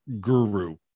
guru